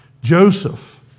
Joseph